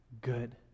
good